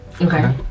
Okay